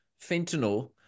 fentanyl